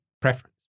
preference